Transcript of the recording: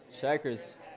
Checkers